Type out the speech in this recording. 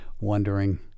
wondering